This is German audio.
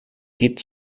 geht